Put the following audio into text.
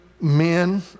men